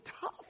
tough